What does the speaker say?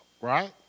right